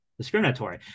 discriminatory